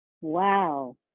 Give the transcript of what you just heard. Wow